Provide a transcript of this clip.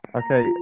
okay